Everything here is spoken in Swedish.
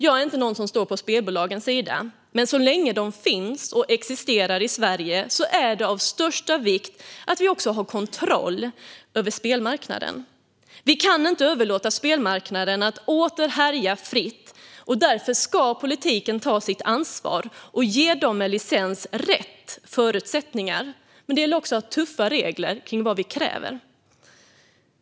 Jag är inte någon som står på spelbolagens sida, men så länge de existerar i Sverige är det av största vikt att vi också har kontroll över spelmarknaden. Vi kan inte låta spelmarknaden åter härja fritt. Därför ska politiken ta sitt ansvar och ge dem med licens rätt förutsättningar, men det gäller också att ha tuffa regler och vara tydliga med vad vi kräver.